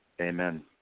Amen